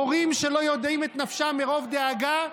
הורים שלא יודעים את נפשם מרוב דאגה,